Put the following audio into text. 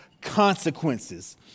consequences